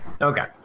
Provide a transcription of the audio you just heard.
Okay